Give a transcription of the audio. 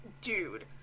Dude